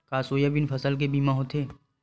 का सोयाबीन फसल के बीमा होथे?